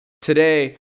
Today